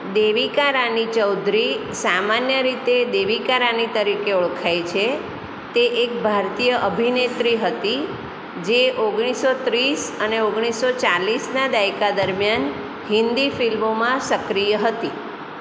દેવિકા રાની ચૌધરી સામાન્ય રીતે દેવિકા રાની તરીકે ઓળખાય છે તે એક ભારતીય અભિનેત્રી હતી જે ઓગણીસો ત્રીસ અને ઓગણીસો ચાલીસના દાયકા દરમિયાન હિન્દી ફિલ્મોમાં સક્રિય હતી